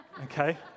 okay